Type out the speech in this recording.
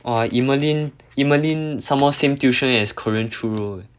!wah! emerlyn emerlyn some more same tuition as carene choo eh